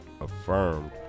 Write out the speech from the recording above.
Affirmed